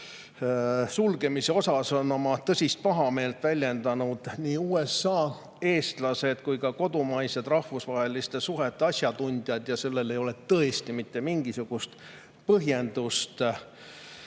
sulgemise peale on tõsist pahameelt väljendanud nii USA eestlased kui ka kodumaised rahvusvaheliste suhete asjatundjad. Sellel otsusel ei ole tõesti mitte mingisugust põhjendust.